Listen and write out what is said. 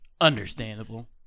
Understandable